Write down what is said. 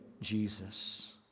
Jesus